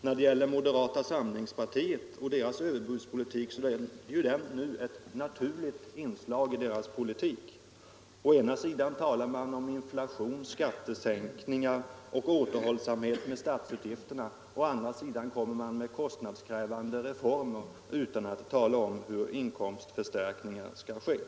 Vad beträffar moderata samlings partiets överbudspolitik är ju den ett naturligt inslag i deras politik. Å ena sidan talar man om inflation, skattesänkningar och återhållsamhet med statsupgifterna, och å andra sidan föreslår man kostnadskrävande reformer utan att tala om hur den inkomstförstärkning som behövs skall åstadkommas.